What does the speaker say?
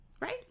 right